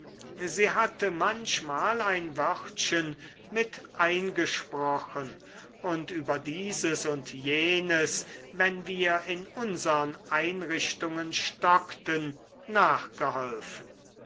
sie hatte manchmal ein wörtchen mit eingesprochen und über dieses und jenes wenn wir in unsern einrichtungen stockten nachgeholfen